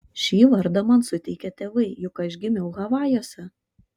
šį vardą man suteikė tėvai juk aš gimiau havajuose